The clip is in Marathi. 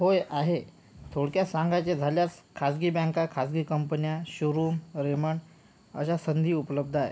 होय आहे थोडक्यात सांगायचे झाल्यास खाजगी बँका खाजगी कंपन्या शोरूम रेमन अशा संधी उपलब्ध आहे